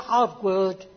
outward